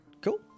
Cool